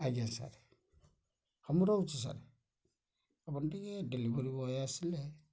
ଆଜ୍ଞା ସାର୍ ହଁ ମୁଁ ରହୁଛି ସାର୍ ଆପଣ ଟିକେ ଡେଲିଭରି ବଏ୍ ଆସିଲେ